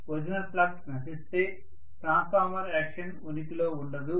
original flux నశిస్తే transformer action ఉనికిలో ఉండదు